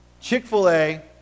Chick-fil-A